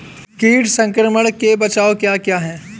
कीट संक्रमण के बचाव क्या क्या हैं?